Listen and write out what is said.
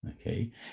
Okay